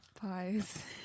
pies